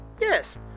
Yes